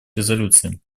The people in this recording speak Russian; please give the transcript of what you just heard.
резолюции